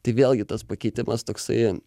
tai vėlgi tas pakeitimas toksai